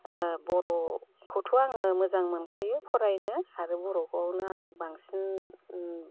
बर'खौथ' आङो मोजां मोनखायो फरायनो आरो बर'खौनो आं बांसिन